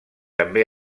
també